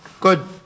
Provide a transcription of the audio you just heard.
Good